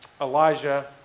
Elijah